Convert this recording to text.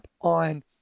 on